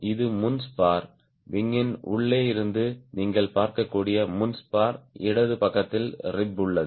இது முன் ஸ்பார் விங்யின் உள்ளே இருந்து நீங்கள் பார்க்கக்கூடிய முன் ஸ்பார் இடது பக்கத்தில் ரிப் உள்ளது